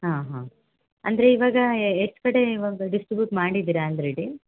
ಹಾಂ ಹಾಂ ಅಂದರೆ ಇವಾಗ ಎಷ್ಟು ಕಡೆ ಈವೊಂದು ಡಿಸ್ಟ್ರಿಬ್ಯುಟ್ ಮಾಡಿದ್ದೀರಾ ಆಲ್ರೆಡಿ